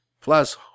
Plus